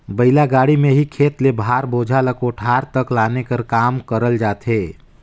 बइला गाड़ी मे ही खेत ले भार, बोझा ल कोठार तक लाने कर काम करल जाथे